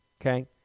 Okay